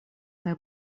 kaj